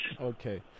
okay